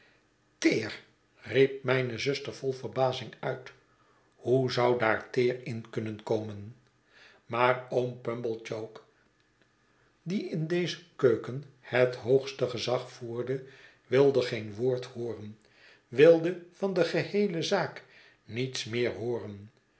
riep mijne zuster vol verbazing uit hoe zou daar teer in kunnen komen maar oom purablechock die in deze keuken het hoogste gezag voerde wilde geen woord hooren wiide van de geheelezaak niets meer hooren